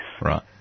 Right